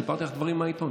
סיפרתי לך דברים מהעיתון,